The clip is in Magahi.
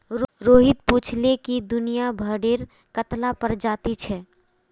रोहित पूछाले कि दुनियात भेडेर कत्ला प्रजाति छे